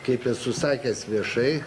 kaip esu sakęs viešai